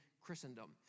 Christendom